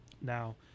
now